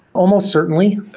almost certainly